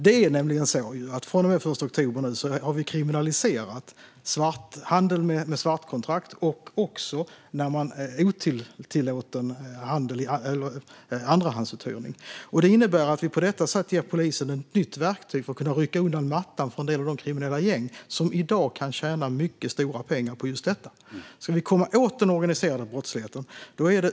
Det är nämligen så att från och med den 1 oktober är handel med svartkontrakt och otillåten andrahandsuthyrning kriminaliserat. Det innebär att vi på detta sätt ger polisen ett nytt verktyg för att kunna rycka undan mattan för en del av de kriminella gäng som i dag kan tjäna mycket stora pengar på just detta. Vi kommer alltså åt den organiserade brottsligheten.